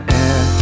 air